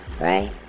right